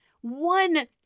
one